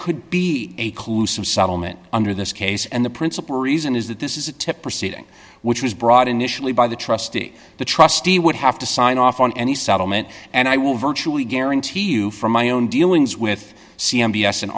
could be a clue some settlement under this case and the principal reason is that this is a tip proceeding which was brought initially by the trustee to trustee would have to sign off on any settlement and i will virtually guarantee you from my own dealings with c